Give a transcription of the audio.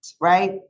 right